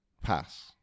pass